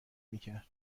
میکرد